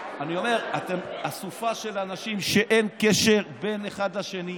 אני אומר: אתם אסופה של אנשים שבה אין קשר בין אחד לשני.